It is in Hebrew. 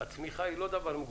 הצמיחה היא לא דבר מגונה,